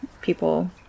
people